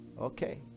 Okay